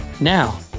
Now